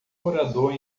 orador